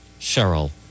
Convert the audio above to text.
Cheryl